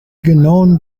genauen